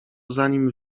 zanim